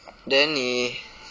then 你